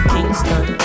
Kingston